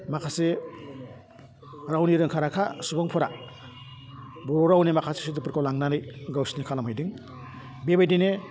माखासे रावनि रोंखा राखा सुबुंफोरा बर' रावनि माखासे सोदोबफोरखौ लांनानै गावसिनि खालामहैदों बेबायदिनो